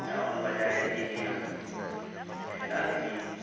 town ᱵᱟᱡᱟᱨᱮ ᱤᱫᱤ ᱢᱮᱭᱟ ᱠᱷᱮᱞᱟ ᱞᱟᱹᱜᱤᱫ